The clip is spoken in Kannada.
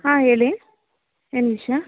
ಹಾಂ ಹೇಳಿ ಏನು ವಿಷಯ